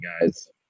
guys